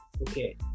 okay